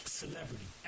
celebrity